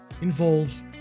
involves